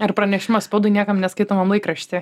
ar pranešimas spaudai niekam neskaitomam laikrašty